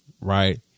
right